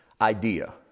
idea